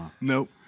Nope